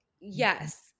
Yes